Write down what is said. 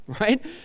right